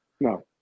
No